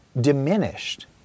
diminished